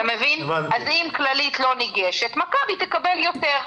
אם כללית לא ניגשת, מכבי תקבל יותר.